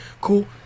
Cool